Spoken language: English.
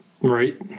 right